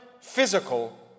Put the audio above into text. physical